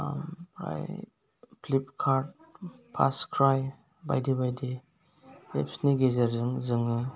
ओमफ्राय फ्लिपकार्ट फार्स क्राइ बायदि बायदि एप्सनि गेजेरजों जोङो